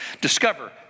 Discover